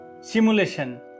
simulation